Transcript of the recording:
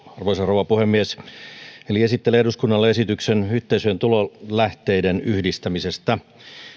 arvoisa rouva puhemies esittelen eduskunnalle esityksen yhteisöjen tulolähteiden yhdistämisestä